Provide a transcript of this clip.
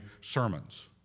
sermons